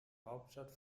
hauptstadt